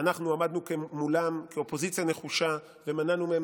שאנחנו עמדנו מולם כאופוזיציה נחושה ומנענו מהם